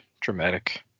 dramatic